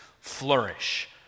flourish